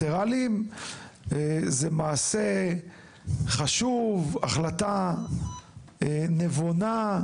זה מעשה חשוב, זו החלטה מיטיבה,